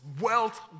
Wealth